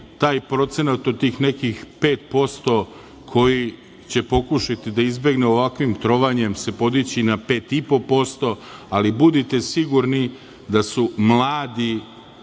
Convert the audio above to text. taj procenat od tih nekih 5% koji je pokušati da izbegne ovakvim trovanjem se podići na 5,5%, ali budite sigurni da je omladina